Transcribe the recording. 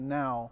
now